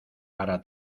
para